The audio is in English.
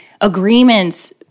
Agreements